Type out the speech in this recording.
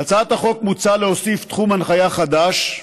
בהצעת החוק מוצע להוסיף תחום הנחיה חדש,